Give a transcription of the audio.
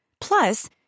Plus